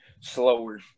slower